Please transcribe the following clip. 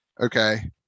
Okay